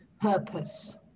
purpose